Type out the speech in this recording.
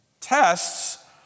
Tests